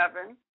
seven